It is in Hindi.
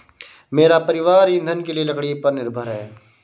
मेरा परिवार ईंधन के लिए लकड़ी पर निर्भर है